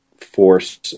force